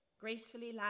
gracefully